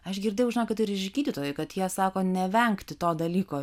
aš girdėjau žinokit ir iš gydytojų kad jie sako nevengti to dalyko